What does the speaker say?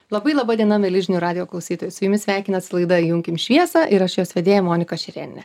labai laba diena mieli žinių radijo klausytojai su jumis sveikinasi laida įjunkim šviesą ir aš jos vedėja monika šerėnienė